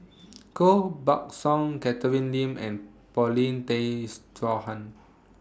Koh Buck Song Catherine Lim and Paulin Tay Straughan